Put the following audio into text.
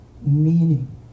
Meaning